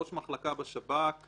אני ראש מחלקה בשב"כ שעוסק,